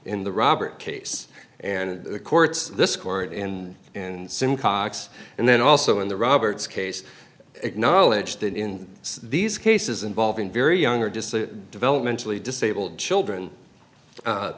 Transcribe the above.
in the robert case and the courts this court in and simcox and then also in the roberts case acknowledge that in these cases involving very young or just the developmentally disabled children